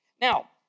Now